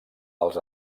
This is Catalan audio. dels